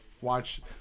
watch